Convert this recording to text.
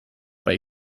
bei